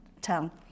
tell